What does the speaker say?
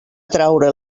traure